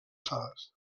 sales